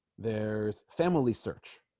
there's family search